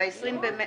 ראיתי.